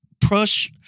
push